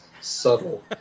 subtle